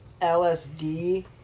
LSD